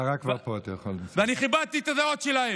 השרה כבר פה, אתה יכול, אני כיבדתי את הדעות שלהם.